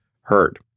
heard